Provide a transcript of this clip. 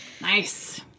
Nice